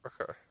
Okay